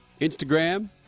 Instagram